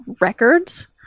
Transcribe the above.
Records –